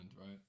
right